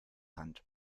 hand